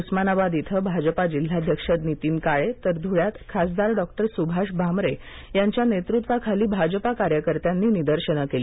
उस्मानाबाद इथं भाजपा जिल्हाध्यक्ष नितीन काळे यांच्या तर धुळ्यात खासदार डॉ सुभाष भामरे यांच्या नेतृत्वाखाली भाजपा कार्यकर्त्यांनी निदर्शनं केली